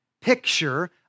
picture